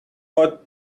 what